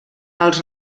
els